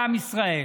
בעם ישראל.